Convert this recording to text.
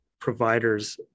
providers